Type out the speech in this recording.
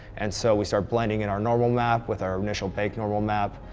and so we start blending in our normal map with our initial bake normal map,